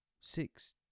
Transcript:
six